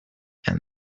and